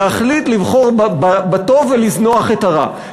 להחליט לבחור בטוב ולזנוח את הרע,